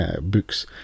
books